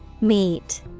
meet